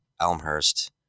Elmhurst